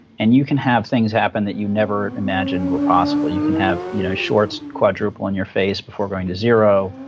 and you can have things happen that you never imagined were possible. you can have you know shorts shorts quadruple in your face before going to zero.